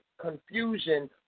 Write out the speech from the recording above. Confusion